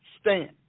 stand